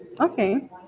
Okay